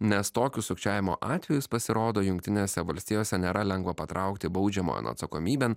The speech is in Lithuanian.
nes tokius sukčiavimo atvejus pasirodo jungtinėse valstijose nėra lengva patraukti baudžiamojon atsakomybėn